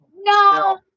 no